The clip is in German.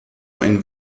ein